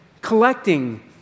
collecting